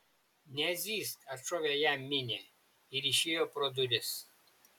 nezyzk atšovė jam minė ir išėjo pro duris